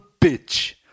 bitch